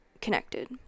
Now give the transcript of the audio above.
connected